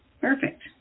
Perfect